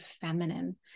feminine